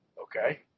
okay